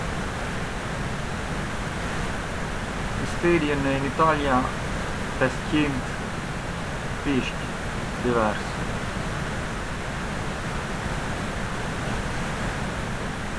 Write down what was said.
Sistirjën in Italia tet qint pishqë diversi